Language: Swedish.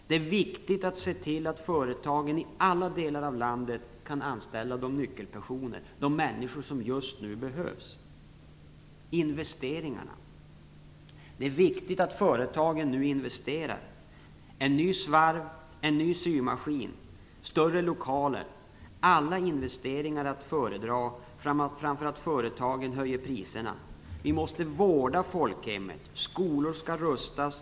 Det är viktigt att se till att företagen i alla delar av landet kan anställa nyckelpersoner, de människor som just nu behövs. Investeringar. Det är viktigt att företagen nu investerar. En ny svarv, en ny symaskin, större lokaler, ja, alla investeringar är att föredra framför företagens prishöjningar. Vi måste vårda folkhemmet. Skolor skall rustas.